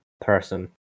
person